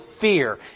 fear